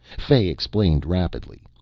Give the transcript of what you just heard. fay explained rapidly,